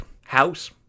house